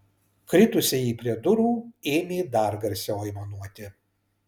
kritusieji prie durų ėmė dar garsiau aimanuoti